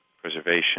preservation